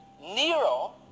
Nero